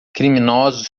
criminosos